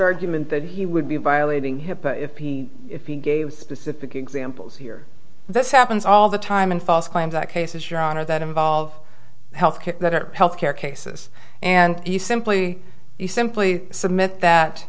argument that he would be violating hippa if if he gave specific examples here this happens all the time in false claims that cases your honor that involve health care that are health care cases and you simply you simply submit that